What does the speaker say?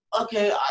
okay